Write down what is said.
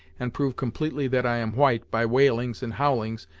and prove completely that i am white, by wailings, and howlings,